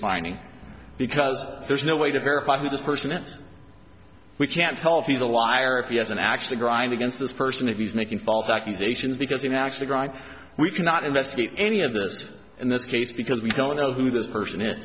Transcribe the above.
finding because there's no way to verify that the person and we can't tell if he's a liar if yes and actually grind against this person if he's making false accusations because you can actually write we cannot investigate any of this in this case because we don't know who this person it